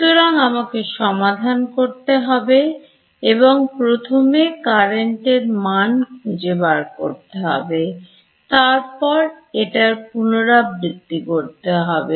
সুতরাং আমাকে সমাধান করতে হবে এবং প্রথমে কারেন্টের মান খুঁজে বার করতে হবে তারপর এটার পুনরাবৃত্তি করা হবে